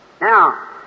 Now